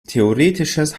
theoretisches